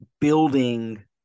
building